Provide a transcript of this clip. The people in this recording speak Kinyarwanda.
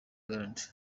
grant